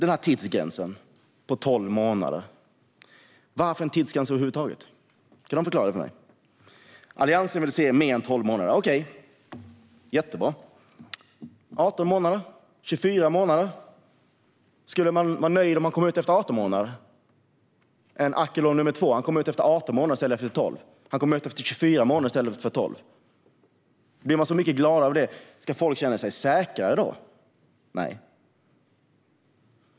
Angående tidsgränsen på tolv månader, varför ska vi över huvud taget ha en tidsgräns? Alliansen vill se en längre tidsgräns. Det är jättebra. Ska det vara 18 månader eller 24 månader? Skulle vi vara nöjda om Akilov nummer två kom ut efter 18 eller 24 månader i stället för 12? Blir vi gladare av det? Känner folk sig säkrare då? Nej.